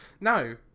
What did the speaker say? no